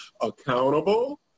accountable